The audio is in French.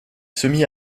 semi